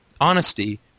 Honesty